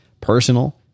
personal